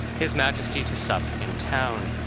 his majesty to sup in town.